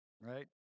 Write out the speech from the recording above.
right